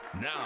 Now